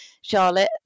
charlotte